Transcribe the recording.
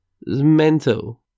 mental